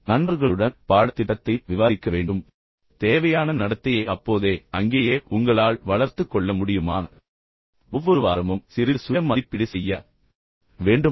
நீங்கள் உங்கள் நண்பர்களுடன் பாடத்திட்டத்தைப் பற்றி விவாதிக்க வேண்டும் மற்றும் பின்னர் தேவையான நடத்தையை அப்போதே அங்கேயே உங்களால் வளர்த்துக் கொள்ள முடியுமா என்பதை சரிபார்த்துக்கொள்ள வேண்டும் குறைந்தபட்சம் ஒவ்வொரு வாரமும் நீங்கள் சிறிது சுய மதிப்பீடு செய்ய வேண்டும்